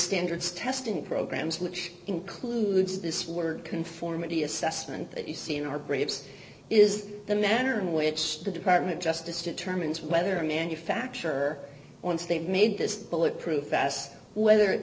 standards testing programs which includes this work conformity assessment that you see in our graves is the manner in which the department of justice to terms whether or manufacture once they've made this bulletproof vest whether it